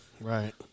right